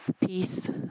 peace